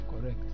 correct